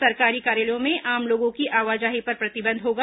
सरकारी कार्यालयों में आम लोगों की आवाजाही पर प्रतिबंध होगा